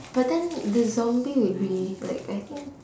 but then the zombie would be like I think